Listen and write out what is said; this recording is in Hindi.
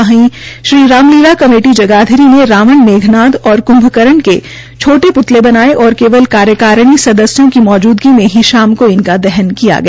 वहीं श्री रामलीला कमेटी जगाधरी ने रावण मेघनाथ व कृम्भकरण के छोटे पृतले बनाये और केवल कार्यकारिणी सदस्यों की मौजूदगी में ही शाम को इनका दहन किया गया